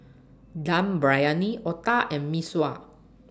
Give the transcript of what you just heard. Dum Briyani Otah and Mee Sua